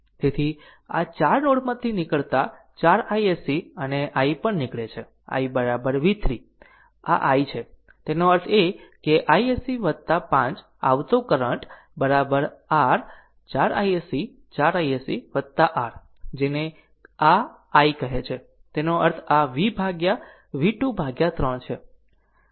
તેથી 4 આ નોડ માંથી નીકળતા 4 iSC અને આ I પણ નીકળે છે i v 3 આ i છું તેનો અર્થ એ કે iSC 5 આવતો કરંટ r 4 iSC 4 iSC આ r જેને આ કહે છે તે આ i છે તેનો અર્થ આ v 2 ભાગ્યા 3 છે